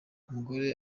umugore